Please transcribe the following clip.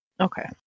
Okay